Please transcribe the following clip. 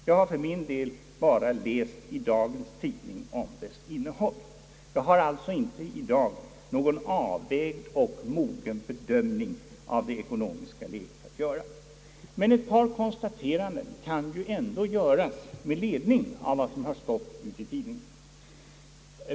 Jag har för min del bara läst om dess innehåll i dagens tidning. Jag har alltså inte i dag någon avvägd och mogen bedömning om det ekonomiska säget att göra. Men ett par konstateranden kan ju ändå göras med ledning av vad som stått i tidningarna.